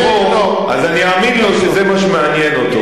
אז אני אאמין לו שזה מה שמעניין אותו.